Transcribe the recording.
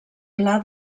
pla